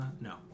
no